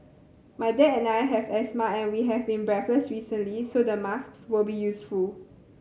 my dad and I have asthma and we have been breathless recently so the masks will be useful